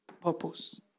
purpose